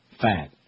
Fat